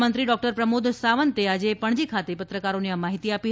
મુખ્યમંત્રી ડોક્ટર પ્રમોદ સાવંતે આજે પણજી ખાતે પત્રકારોને આ માહિતી આપી